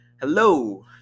Hello